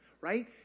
right